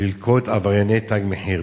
ללכוד את עברייני "תג מחיר".